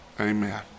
amen